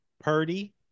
Purdy